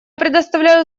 предоставляю